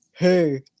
hey